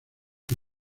que